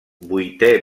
vuitè